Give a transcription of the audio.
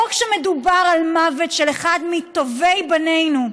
לא רק שמדובר על מוות של אחד מטובי בנינו,